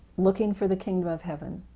looking for the kingdom of heaven,